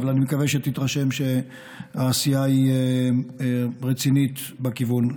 אבל אני מקווה שתתרשם שהעשייה היא רצינית בכיוון.